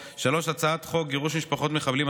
3. הצעת חוק גירוש משפחות מחבלים,